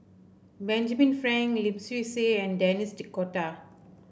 Benjamin Frank Lim Swee Say and Denis D'Cotta